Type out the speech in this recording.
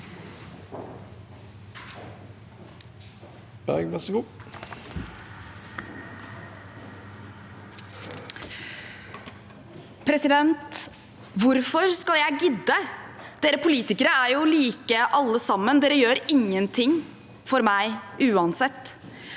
– Hvor- for skal jeg gidde? Dere politikere er jo like, alle sammen. Dere gjør ingenting for meg, uansett.